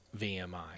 VMI